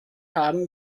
haben